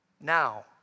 Now